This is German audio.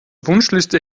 wunschliste